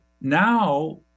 now